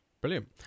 Brilliant